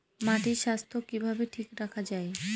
মাটির স্বাস্থ্য কিভাবে ঠিক রাখা যায়?